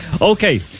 Okay